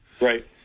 Right